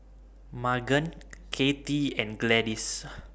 Maegan Kathy and Gladys